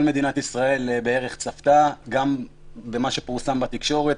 מדינת ישראל צפתה בהם גם במה שפורסם בתקשורת,